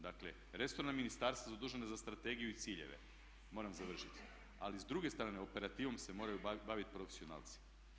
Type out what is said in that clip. Dakle, resorna ministarstva su zadužena za strategiju i ciljeve, moram završiti, ali s druge strane operativom se moraju baviti profesionalci.